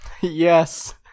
Yes